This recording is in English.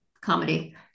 comedy